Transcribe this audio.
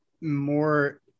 more